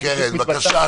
קרן ברק, בבקשה.